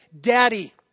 daddy